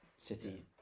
City